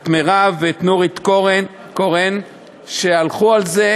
את מרב ואת נורית קורן שהלכו על זה,